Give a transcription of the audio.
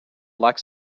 likes